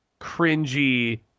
cringy